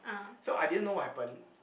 so I didn't know what happen